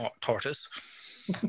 tortoise